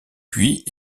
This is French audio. puis